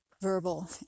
verbal